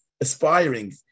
aspiring